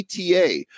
eta